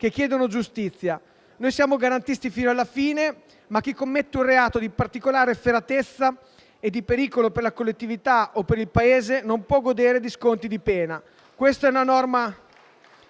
che chiedono giustizia. Noi siamo garantisti fino alla fine, ma chi commette un reato di particolare efferatezza e pericolo per la collettività o il Paese non può godere di sconti di pena.